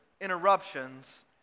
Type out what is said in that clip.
interruptions